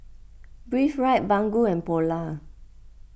Breathe Right Baggu and Polar